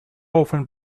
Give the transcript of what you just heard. often